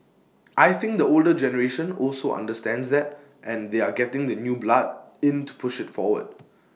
I think the older generation also understands that and they are getting the new blood into push IT forward